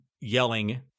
yelling